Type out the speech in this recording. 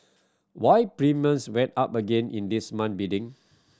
why premiums went up again in this month's bidding